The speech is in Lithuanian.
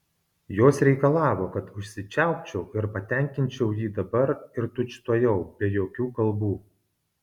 jos reikalavo kad užsičiaupčiau ir patenkinčiau jį dabar ir tučtuojau be jokių kalbų